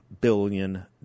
billion